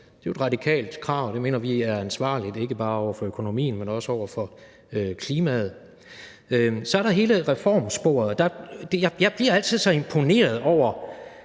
Det er jo et radikalt krav, og det mener vi er ansvarligt ikke bare over for økonomien, men også over for klimaet. Så er der hele reformsporet. Jeg bliver altid så imponeret over,